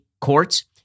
courts